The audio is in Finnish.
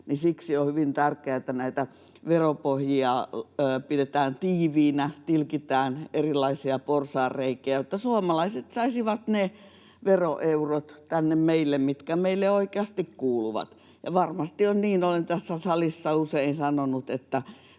hyvin tärkeää, että näitä veropohjia pidetään tiiviinä, tilkitään erilaisia porsaanreikiä, jotta suomalaiset saisivat ne veroeurot tänne meille, mitkä meille oikeasti kuuluvat. Ja varmasti on niin kuin olen tässä salissa usein sanonut,